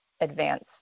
advance